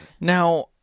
Now